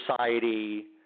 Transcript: society